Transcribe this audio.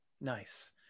Nice